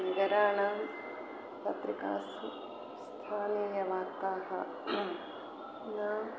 नगराणां पत्रिकासु स्थानीयवार्ताः न